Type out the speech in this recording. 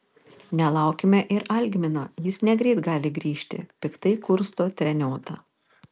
nelaukime ir algmino jis negreit gali grįžti piktai kursto treniota